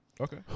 Okay